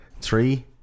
three